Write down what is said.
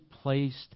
placed